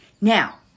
Now